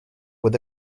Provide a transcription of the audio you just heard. with